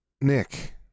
Nick